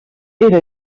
era